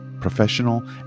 Professional